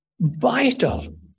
vital